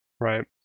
Right